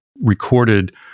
recorded